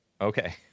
Okay